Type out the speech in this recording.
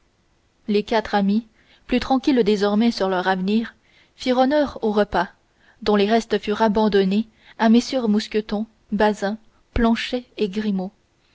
les quatre amis plus tranquilles désormais sur leur avenir firent honneur au repas dont les restes furent abandonnés à mm mousqueton bazin planchet et grimaud